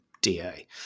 Da